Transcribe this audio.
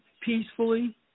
peacefully